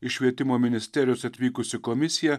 iš švietimo ministerijos atvykusi komisija